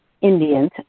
Indians